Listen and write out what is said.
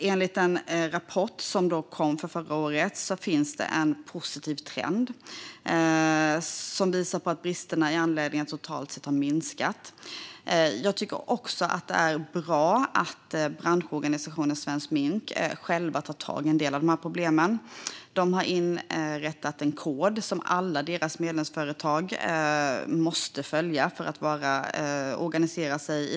Enligt den rapport som kom förra året finns det en positiv trend: Bristerna i anläggningarna har totalt sett minskat. Jag tycker också att det är bra att branschorganisationen Svensk mink själv tar tag i en del av dessa problem. Man har inrättat en kod som alla medlemsföretag måste följa för att kunna organisera sig.